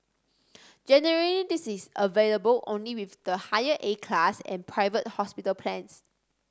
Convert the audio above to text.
generally this is available only with the higher A class and private hospital plans